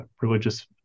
religious